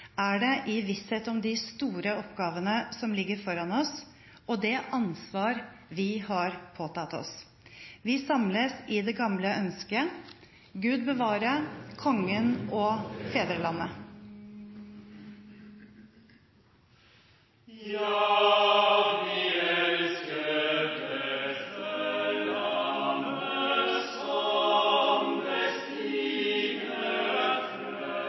er det i visshet om de store oppgavene som ligger foran oss, og det ansvar vi har påtatt oss. Vi samles i det gamle ønsket: Gud bevare Kongen og